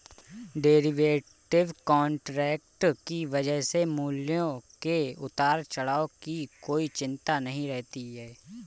derivative contract की वजह से मूल्यों के उतार चढ़ाव की कोई चिंता नहीं रहती है